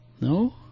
No